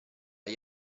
gli